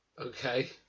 Okay